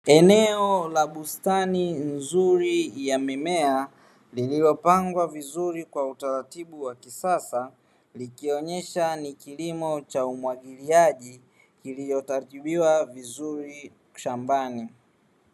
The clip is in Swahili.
Eneo la bustani nzuri ya mimea lililopangwa vizuri kwa utaratibu wa kisasa likionyesha ni kilimo cha umwagiliaji lililotatuliwa vizuri shambani.